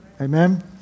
Amen